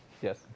Yes